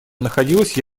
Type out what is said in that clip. находилась